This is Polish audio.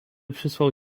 przysłał